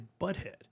butthead